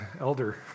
elder